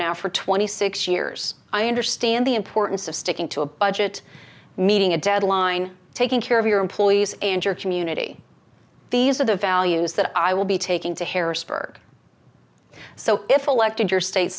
now for twenty six years i understand the importance of sticking to a budget meeting a deadline taking care of your employees and your community these are the values that i will be taking to harrisburg so if elected your state